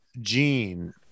Gene